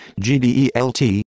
GDELT